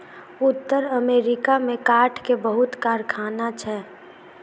उत्तर अमेरिका में काठ के बहुत कारखाना छै